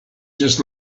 just